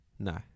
No